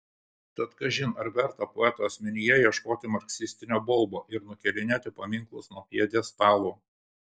tad kažin ar verta poeto asmenyje ieškoti marksistinio baubo ir nukėlinėti paminklus nuo pjedestalų